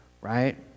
Right